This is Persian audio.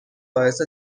باعث